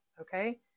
okay